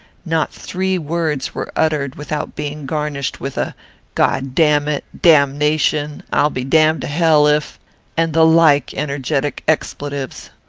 not three words were uttered without being garnished with a god damn it! damnation! i'll be damned to hell if and the like energetic expletives.